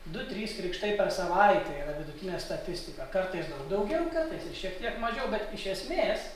du trys krikštai per savaitę yra vidutinė statistika kartais daug daugiau kartais ir šiek tiek mažiau bet iš esmės